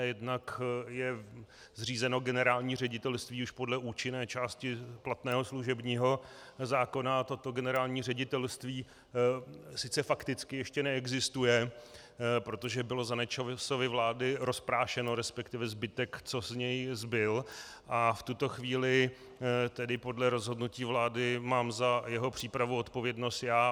Jednak je zřízeno generální ředitelství již podle účinné části platného služebního zákona a toto generální ředitelství sice fakticky ještě neexistuje, protože bylo za Nečasovy vlády rozprášeno, respektive zbytek, co z něj zbyl, a v tuto chvíli podle rozhodnutí vlády mám za jeho přípravu odpovědnost já.